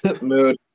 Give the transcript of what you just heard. Mood